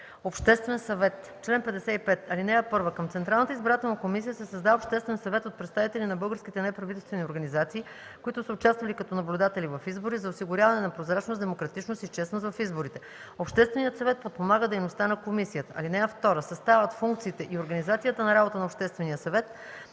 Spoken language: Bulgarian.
Централната избирателна комисия се създава Обществен съвет от представители на българските неправителствени организации, които са участвали като наблюдатели в избори, за осигуряване на прозрачност, демократичност и честност в изборите. Общественият съвет подпомага дейността на комисията. (2) Съставът, функциите и организацията на работа на Обществения съвета